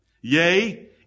yea